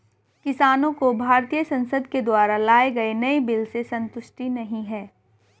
किसानों को भारतीय संसद के द्वारा लाए गए नए बिल से संतुष्टि नहीं है